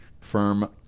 firm –